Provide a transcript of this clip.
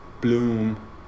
Bloom